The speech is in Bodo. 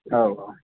औ औ